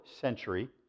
century